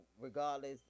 regardless